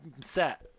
set